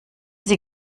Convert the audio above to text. sie